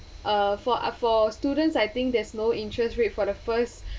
uh for uh for students I think there's no interest rate for the first